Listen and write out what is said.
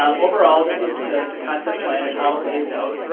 overall this is the the concept plan and how it lays out,